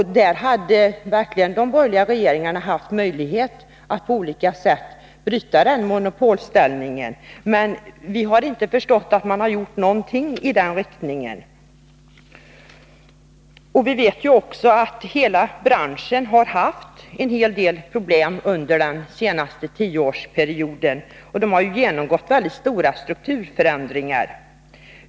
Även de följande borgerliga regeringarna hade verkligen haft möjlighet att på olika sätt bryta denna monopolställning. Men vi har inte märkt att man gjort någonting i den riktningen. Hela branschen har haft en hel del problem under den senaste tioårsperioden, och den har genomgått mycket stora strukturförändringar.